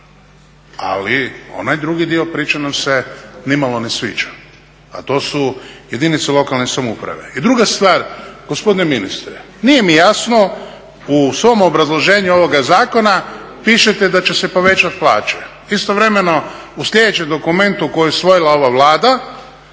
ali onaj drugi dio priče nam se nimalo ne sviđa, a to su jedinice lokalne samouprave. I druga stvar gospodine ministre, nije mi jasno u svom obrazloženju ovog zakona pišete da će se povećati plaće, istovremeno u sljedećem dokumentu koji je usvojila ova Vlada